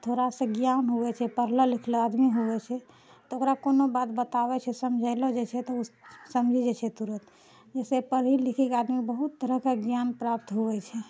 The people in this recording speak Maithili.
थोड़ासा ज्ञान हुऐ छै पढ़ला लिखला आदमी हुऐ छै तऽ ओकरा कोनो बात बताबैत छै समझेलो जाइत छै तऽ ओ समझी जाइत छै तुरत जइसे पढ़ि लिखी कऽ आदमी बहुत तरह कऽ ज्ञान प्राप्त हुऐ छै